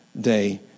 day